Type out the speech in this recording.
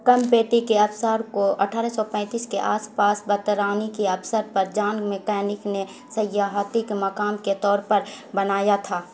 کم پیٹی کے آبشار کو اٹھارہ سو پینتیس کے آس پاس برطرانی کے افسر پر جان میکینک نے سیاحتی کے مقام کے طور پر بنایا تھا